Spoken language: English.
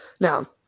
Now